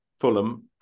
Fulham